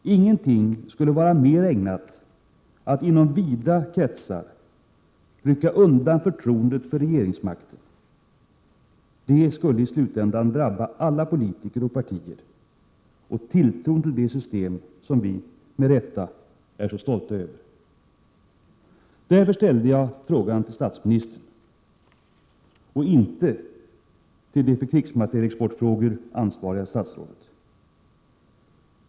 Ingenting skulle vara mer ägnat att inom vida kretsar rycka undan förtroendet för regeringsmakten. Det skulle i slutändan drabba alla politiker och partier och tilltron till det system som vi med rätta är så stolta över. Därför ställde jag min fråga till statsministern och inte till det för krigsmaterielexportfrågor ansvariga statsrådet.